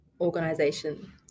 organization